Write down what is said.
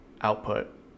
output